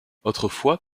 autrefois